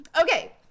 Okay